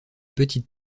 petites